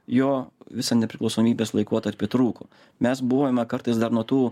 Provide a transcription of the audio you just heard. jo visą nepriklausomybės laikotarpį trūko mes buvome kartais dar nuo tų